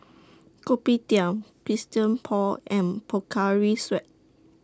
Kopitiam Christian Paul and Pocari Sweat